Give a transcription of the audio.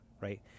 right